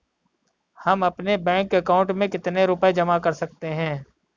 हम अपने bank account में कितने रुपये जमा कर सकते हैं?